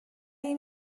این